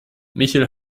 michel